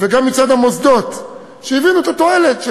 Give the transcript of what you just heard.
וגם מצד המוסדות שהבינו את התועלת בכך